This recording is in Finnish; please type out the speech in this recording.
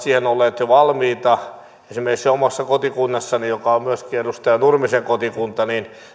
siihen olleet jo valmiita esimerkiksi omassa kotikunnassani joka on myöskin edustaja nurmisen kotikunta